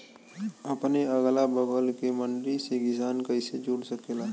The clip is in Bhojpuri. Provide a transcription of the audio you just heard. अपने अगला बगल के मंडी से किसान कइसे जुड़ सकेला?